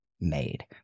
made